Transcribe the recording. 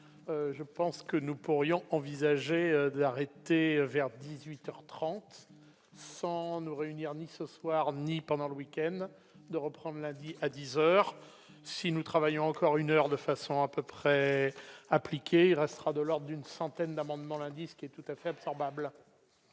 je pense que nous pourrions envisager l'arrêter vers 18 heures 30 sans nous réunir ni ce soir ni pendant le week-end de reprendre lundi à 10 heures si nous travaillons encore une heure de façon à peu près appliqué Astra 2 lors d'une centaine d'amendements, lundi, ce qui est tout à fait improbable.